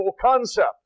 concept